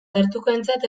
gertukoentzat